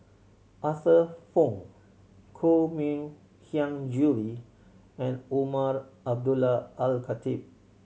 Arthur Fong Koh Mui Hiang Julie and Umar Abdullah Al Khatib